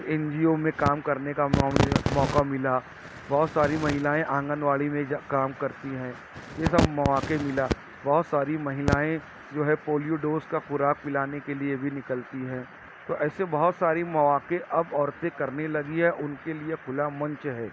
N G O میں کام کرنے کا موقع ملا بہت ساری مہیلائیں آنگن واڑی میں جا کام کرتی ہیں یہ سب مواقع ملا بہت ساری مہیلائیں جو ہے پولیو ڈوز کا خوراک پلانے کے لئے بھی نکلتی ہیں تو ایسے بہت ساری مواقع اب عورتیں کرنے لگی ہیں ان کے لئے کھلا منچ ہے